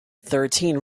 thirteen